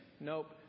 nope